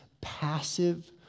passive